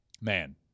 Man